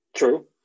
True